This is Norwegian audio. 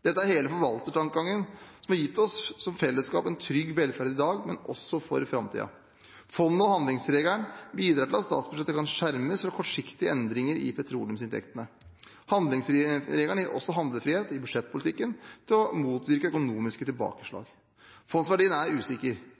Dette er hele forvaltertankegangen som har gitt oss som felleskap en trygg velferd i dag, men også for framtiden. Fondet og handlingsregelen bidrar til at statsbudsjettet kan skjermes fra kortsiktige endringer i petroleumsinntektene. Handlingsregelen gir også handlefrihet i budsjettpolitikken til å motvirke økonomiske